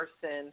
person